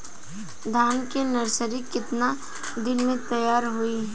धान के नर्सरी कितना दिन में तैयार होई?